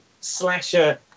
slasher